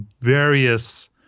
various